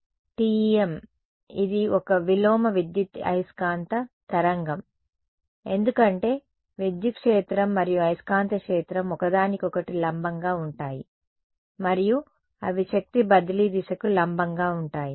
TEM ఇది ఒక విలోమ విద్యుదయస్కాంత తరంగం ఎందుకంటే విద్యుత్ క్షేత్రం మరియు అయస్కాంత క్షేత్రం ఒకదానికొకటి లంబంగా ఉంటాయి మరియు అవి శక్తి బదిలీ దిశకు లంబంగా ఉంటాయి